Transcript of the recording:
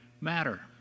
matter